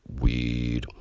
Weed